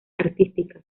artísticas